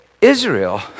Israel